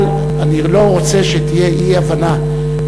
אבל אני לא רוצה שתהיה אי-הבנה,